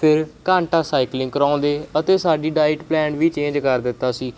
ਫਿਰ ਘੰਟਾ ਸਾਈਕਲਿੰਗ ਕਰਾਉਂਦੇ ਅਤੇ ਸਾਡੀ ਡਾਇਟ ਪਲਾਨ ਵੀ ਚੇਂਜ ਕਰ ਦਿੱਤਾ ਸੀ